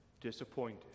disappointed